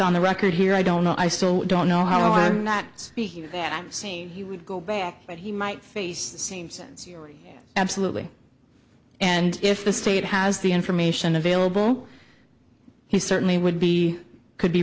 on the record here i don't know i so don't know how i'm not speaking that i've seen he would go back but he might face the same sensory absolutely and if the state has the information available he certainly would be could be